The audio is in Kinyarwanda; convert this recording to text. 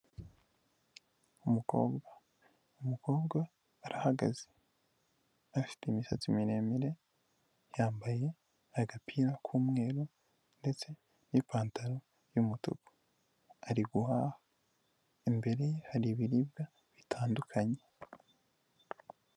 Umukobwa umukobwa arahagaze afite imisatsi miremire yambaye agapira k'umweru ndetse n'ipantaro y'umutuku ari guhaha imbere hari ibiribwa bitandukanye.